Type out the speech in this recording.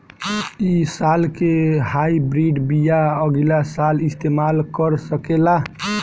इ साल के हाइब्रिड बीया अगिला साल इस्तेमाल कर सकेला?